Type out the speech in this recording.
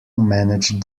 managed